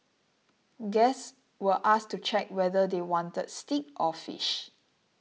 guests were asked to check whether they wanted steak or fish